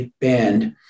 band